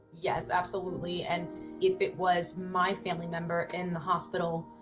yes, absolutely. and if it was my family member in the hospital,